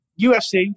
UFC